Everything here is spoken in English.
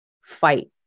fight